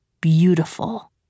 beautiful